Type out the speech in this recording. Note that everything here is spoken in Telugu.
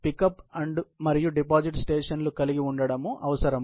పిక్ అప్ మరియు డిపాజిట్ స్టేషన్లు కలిగి ఉండటం అవసరం